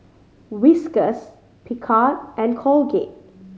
Whiskas Picard and Colgate